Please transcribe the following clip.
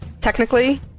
technically